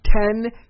ten